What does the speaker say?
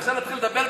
עכשיו תתחיל לדבר,